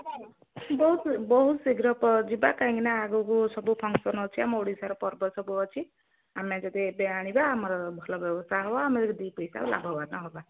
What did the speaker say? ବହୁତ ବହୁତ ଶୀଘ୍ର ଯିବା କାହିଁକିନା ଆଗକୁ ସବୁ ଫଙ୍କସନ୍ ଅଛି ଆମ ଓଡ଼ିଶାର ପର୍ବ ସବୁ ଅଛି ଆମେ ଯଦି ଏବେ ଆଣିବା ଆମର ଭଲ ବ୍ୟବସ୍ଥା ହେବ ଆମେ ଯଦି ଦୁଇ ପଇସା ଲାଭବାନ୍ ହେବା